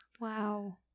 Wow